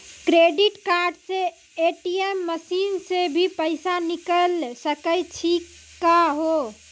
Credit card से ATM machine से भी पैसा निकल सकै छि का हो?